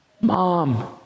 Mom